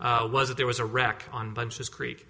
was that there was a wreck on bunches